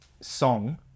song